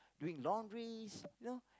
doing laundries you know